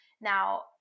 Now